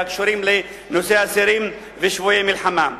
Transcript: הקשורים לנושא אסירים ושבויי מלחמה.